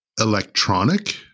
electronic